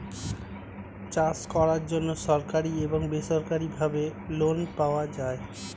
চাষ করার জন্য সরকারি এবং বেসরকারিভাবে লোন পাওয়া যায়